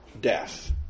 death